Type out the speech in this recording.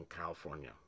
California